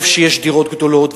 טוב שיש דירות גדולות,